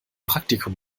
praktikum